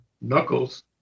knuckles